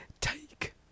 take